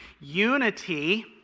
Unity